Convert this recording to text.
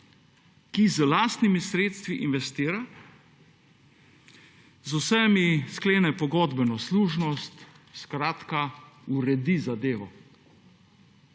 ki z lastnimi sredstvi investira, z vsemi sklene pogodbeno služnost, skratka uredi zadevo.